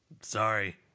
Sorry